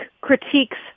critiques